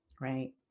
Right